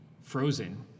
Frozen